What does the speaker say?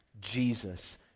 Jesus